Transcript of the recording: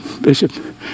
Bishop